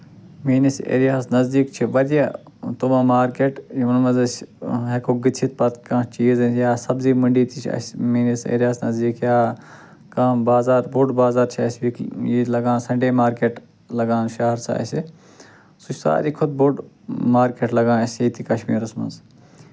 میٛٲنِس ایریاہَس نٔزدیٖک چھِ واریاہ تِمَو مارکٮ۪ٹ یِمَن منٛز أسۍ ہٮ۪کَو گٔژھِتھ پَتہٕ کانٛہہ چیٖز أنِتھ یا سَبزی مٔنٛڈی تہِ چھِ اَسہِ میٛٲنِس ایریاہَس نٔزدیٖک یا کانٛہہ بازار بوٚڈ بازار چھُ اَسہِ ییٚتی ییٚتہِ لَگان سَنٛڈے مارکٮ۪ٹ لگان شہرٕ سُہ اَسہِ سُہ چھُ سارِوٕے کھۄتہٕ بوٚڈ مارکٮ۪ٹ لگان اَسہِ ییٚتہِ کَشمیٖرَس منٛز